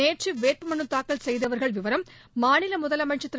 நேற்று வேட்பு மனு தாக்கல் செய்தவர்கள் விவரம் மாநில முதலமைச்சா் திரு